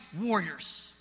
warriors